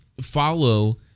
follow